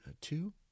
two